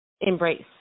embrace